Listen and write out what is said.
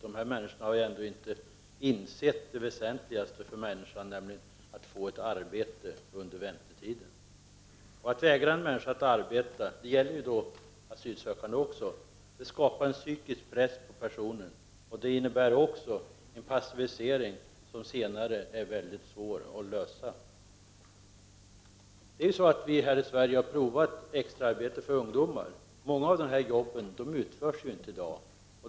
Dessa människor har inte insett det väsentligaste för människan, nämligen att få ett arbete under väntetiden. Att vägra en människa ett arbete — det gäller också asylsökande — skapar en psykisk press. Det innebär också en passivisering som senare är väldigt svår att bryta. Vi har här i Sverige prövat extraarbete för ungdomar. Många av dessa arbeten utförs inte i dag.